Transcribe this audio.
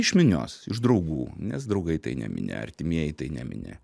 iš minios iš draugų nes draugai tai nemini artimieji tai nemini